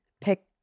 pick